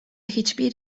hiçbir